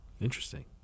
interesting